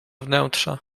wnętrza